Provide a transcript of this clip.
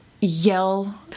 yell